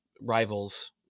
rivals